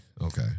okay